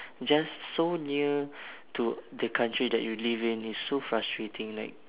just so near to the country that you live in it's so frustrating like